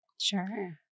Sure